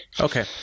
Okay